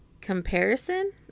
comparison